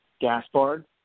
Gaspard